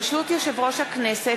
ברשות יושב-ראש הכנסת,